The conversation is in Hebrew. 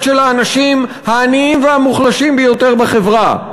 של האנשים העניים והמוחלשים ביותר בחברה.